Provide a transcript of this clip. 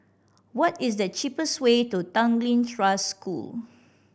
what is the cheapest way to Tanglin Trust School